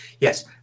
yes